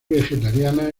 vegetariana